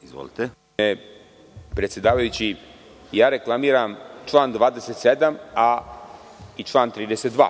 Poštovani predsedavajući, reklamiram član 27. i član 32.